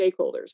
stakeholders